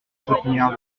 soutenir